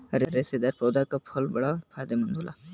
रेशेदार पौधा के फल बड़ा फायदेमंद होला